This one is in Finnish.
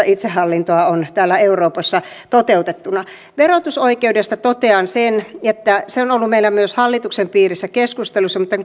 itsehallintoa on täällä euroopassa toteutettuna verotusoikeudesta totean sen että se on ollut meillä myös hallituksen piirissä keskusteluissa mutta